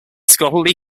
scholarly